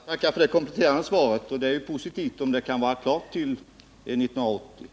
Herr talman! Jag tackar för det kompletterande svaret. Det är positivt om det kan vara klart till 1980.